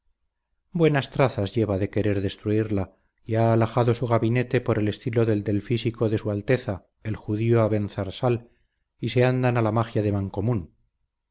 buenas trazas lleva de querer destruirla y ha alhajado su gabinete por el estilo del de el físico de su alteza el judío abenzarsal y se andan a la magia de mancomún